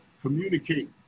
communicate